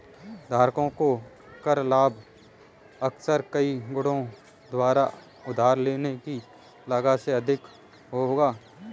धारकों को कर लाभ अक्सर कई गुणकों द्वारा उधार लेने की लागत से अधिक होगा